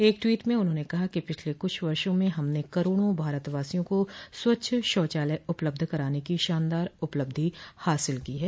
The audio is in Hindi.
एक ट्वोट में उन्होंने कहा कि पिछले कुछ वर्षों में हमने करोडों भारतवासियों को स्वच्छ शौचालय उपलब्ध कराने की शानदार उपलब्धि हासिल की है